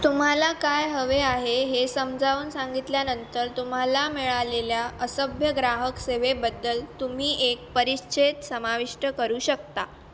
तुम्हाला काय हवे आहे हे समजावून सांगितल्यानंतर तुम्हाला मिळालेल्या असभ्य ग्राहक सेवेबद्दल तुम्ही एक परिच्छेद समाविष्ट करू शकता